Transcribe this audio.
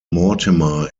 mortimer